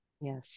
Yes